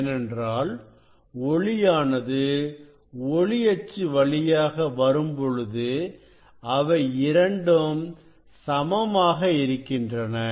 ஏனென்றால் ஒளியானது ஒளி அச்சு வழியாக வரும் பொழுது அவை இரண்டும் சமமாக இருக்கின்றன